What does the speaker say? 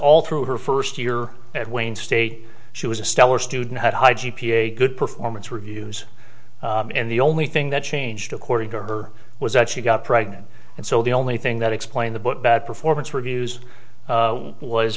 all through her first year at wayne state she was a stellar student had a high g p a good performance reviews and the only thing that changed according to her was that she got pregnant and so the only thing that explain the book bad performance reviews